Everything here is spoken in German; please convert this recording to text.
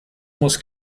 muss